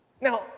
Now